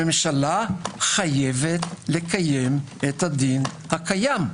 הממשלה חייבת לקיים את הדין הקיים.